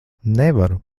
nevaru